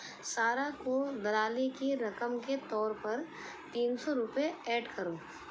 سارہ کو دلالی کی رقم کے طور پر تین سو روپے ایڈ کرو